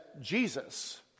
Jesus